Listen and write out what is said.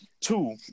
Two